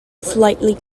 slightly